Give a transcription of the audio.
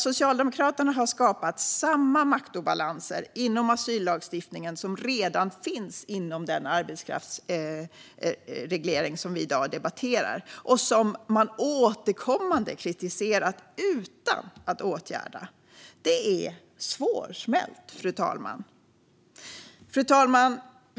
Socialdemokraterna har skapat samma maktobalanser inom asyllagstiftningen som redan finns inom den arbetskraftsreglering som vi i dag debatterar och som man återkommande kritiserat utan att den har åtgärdats. Det är svårsmält, fru talman.